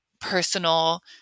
personal